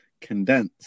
condense